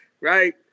Right